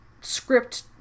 script